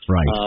Right